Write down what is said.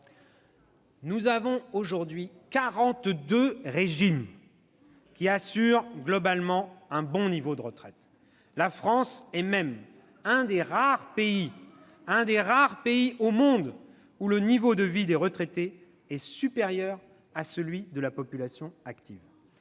Nous avons aujourd'hui quarante-deux régimes qui assurent globalement un bon niveau de retraite : la France est un des rares pays où le niveau de vie des retraités est supérieur à celui de la population.